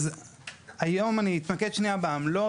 אז היום, אני אתמקד שנייה בעמלות.